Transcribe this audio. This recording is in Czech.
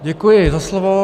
Děkuji za slovo.